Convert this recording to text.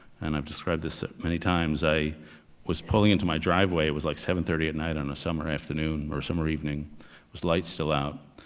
and i've described this many times, i was pulling into my driveway. it was like seven thirty at night on a summer afternoon or summer evening. it was light still out.